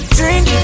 Drink